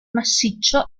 massiccio